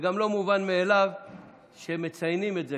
גם לא מובן מאליו שמציינים את זה,